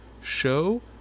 show